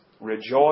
Rejoice